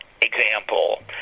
example